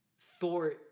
thor